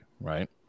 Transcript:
right